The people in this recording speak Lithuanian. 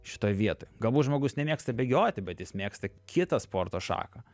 šitoj vietoj galbūt žmogus nemėgsta bėgioti bet jis mėgsta kitą sporto šaką